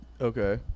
Okay